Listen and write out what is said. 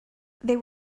these